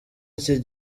iki